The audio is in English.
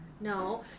No